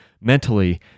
mentally